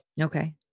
Okay